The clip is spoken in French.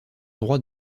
droit